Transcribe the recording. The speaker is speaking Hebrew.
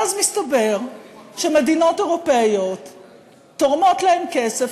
ואז מסתבר שמדינות אירופיות תורמות להם כסף,